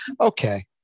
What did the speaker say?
Okay